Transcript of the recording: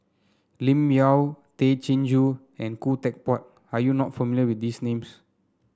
Lim Yau Tay Chin Joo and Khoo Teck Puat are you not familiar with these names